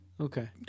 Okay